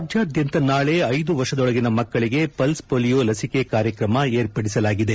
ರಾಜ್ವಾದ್ಯಂತ ನಾಳೆ ಐದು ವರ್ಷದೊಳಗಿನ ಮಕ್ಕಳಿಗೆ ಪಲ್ಸ್ ಮೋಲಿಯೊ ಲಸಿಕೆ ಕಾರ್ಯಕ್ರಮ ಏರ್ಪಡಿಸಲಾಗಿದೆ